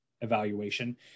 evaluation